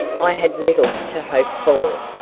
i had little to hope for,